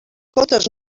contes